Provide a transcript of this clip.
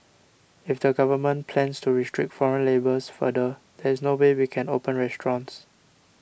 if the Government plans to restrict foreign labour further there is no way we can open restaurants